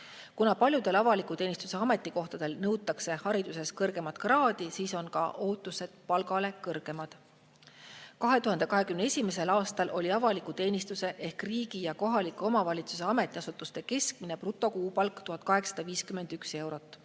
Kuna paljudel avaliku teenistuse ametikohtadel nõutakse kõrgemat kraadi, siis on ka ootused palgale kõrgemad. 2021. aastal oli avaliku teenistuse ehk riigi ja kohaliku omavalitsuse ametiasutuste keskmine brutokuupalk 1851 eurot.